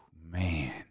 Man